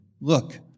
look